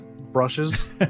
brushes